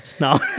No